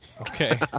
Okay